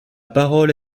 parole